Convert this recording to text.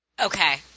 Okay